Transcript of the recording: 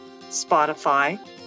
Spotify